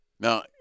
Now